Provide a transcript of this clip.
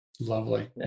Lovely